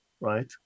right